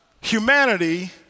humanity